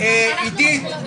עידית,